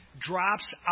drops